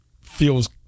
feels